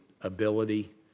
ability